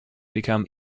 become